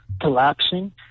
collapsing